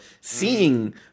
seeing